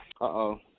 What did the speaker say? Uh-oh